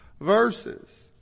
verses